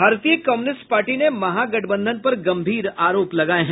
भारतीय communist party ने महागठबंधन पर गम्भीर आरोप लगाये हैं